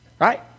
Right